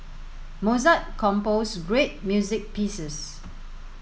Mozart composed great music pieces